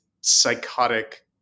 psychotic